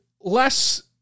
less